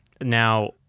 Now